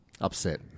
Upset